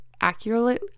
accurately